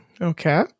Okay